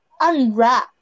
unwrap